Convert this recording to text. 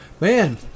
Man